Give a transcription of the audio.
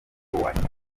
inyarwanda